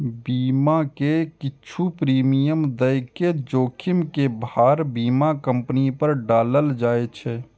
बीमा मे किछु प्रीमियम दए के जोखिम के भार बीमा कंपनी पर डालल जाए छै